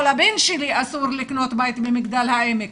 לבן שלי אסור לקנות בית במגדל העמק?